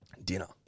dinner